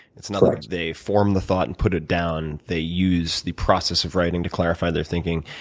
it's not like they form the thought and put it down. they use the process of writing to clarify their thinking.